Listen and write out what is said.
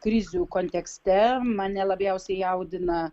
krizių kontekste mane labiausiai jaudina